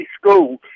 school